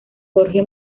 jorge